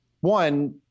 one